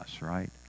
right